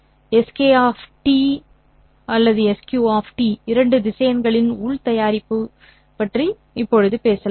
Sk | SQ இரண்டு திசையன்களின் உள் தயாரிப்பு பற்றி நான் பேசலாமா